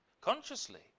consciously